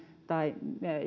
tai